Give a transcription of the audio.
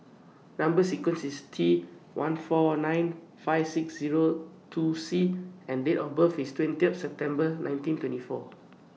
Number sequence IS T one four nine five six Zero two C and Date of birth IS twentieth September nineteen twenty four